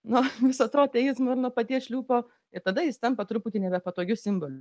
nuo viso to ateizmo ir nuo paties šliūpo ir tada jis tampa truputį nebepatogiu simboliu